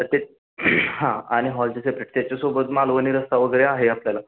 तर ते हां आणि हॉलचे सेपरेट त्याच्यासोबत मालवणी रस्सा वगैरे आहे आपल्याला